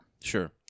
Sure